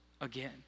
again